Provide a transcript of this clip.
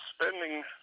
spending